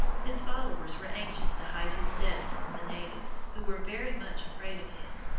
his followers were anxious to hide his death from the natives, who were very much afraid of him.